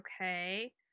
okay